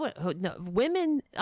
women